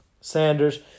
Sanders